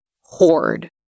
hoard